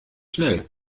schnell